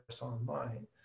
online